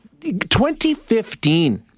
2015